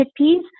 chickpeas